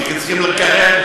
כי צריכים לקרר,